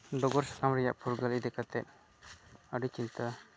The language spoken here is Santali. ᱰᱚᱜᱚᱨ ᱥᱟᱠᱟᱢ ᱨᱮᱭᱟᱜ ᱯᱷᱩᱨᱜᱟᱹᱞᱤᱭᱟᱹ ᱞᱮᱠᱟᱛᱮ ᱟᱹᱰᱤ ᱪᱤᱱᱛᱟᱹ